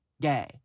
gay